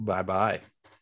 Bye-bye